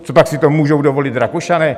Copak si to můžou dovolit Rakušané?